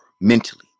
mentally